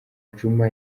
djuma